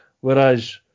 Whereas